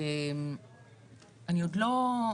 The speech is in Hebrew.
שאני עוד לא,